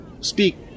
speak